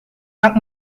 pak